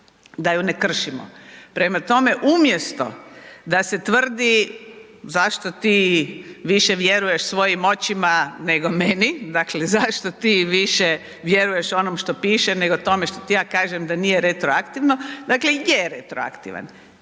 da ju ne kršimo. Prema tome, umjesto da se tvrdi zašto ti više vjeruješ svojim očima nego meni, dakle zašto ti više vjeruješ onom što piše nego tome što ti ja kažem da nije retroaktivno, dakle je retroaktivan.